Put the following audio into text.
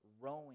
rowing